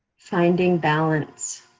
finding balance,